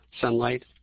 sunlight